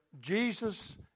Jesus